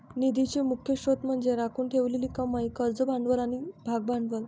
निधीचे मुख्य स्त्रोत म्हणजे राखून ठेवलेली कमाई, कर्ज भांडवल आणि भागभांडवल